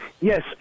Yes